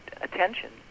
attention